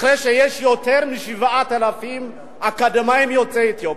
אחרי שיש יותר מ-7,000 אקדמאים יוצאי אתיופיה,